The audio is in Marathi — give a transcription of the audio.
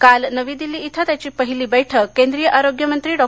काल नवी दिल्ली इथं त्याची पहिली बैठक केंद्रीय आरीग्यामंत्री डॉ